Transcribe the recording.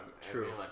True